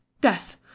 Death